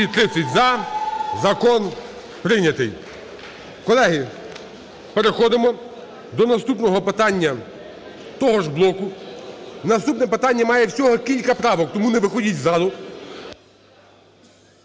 За-230 Закон прийнятий. Колеги, переходимо до наступного питання того ж блоку. Наступне питання має всього кілька правок. Тому не виходіть з залу.